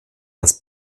als